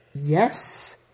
Yes